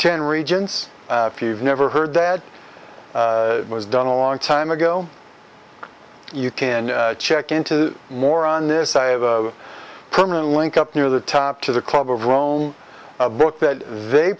ten regions if you've never heard that it was done a long time ago you can check into more on this i have a permanent link up near the top to the club of rome a book that they